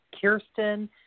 Kirsten